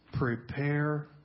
Prepare